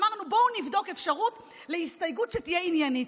אמרנו: בואו נבדוק אפשרות להסתייגות שתהיה עניינית.